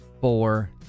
four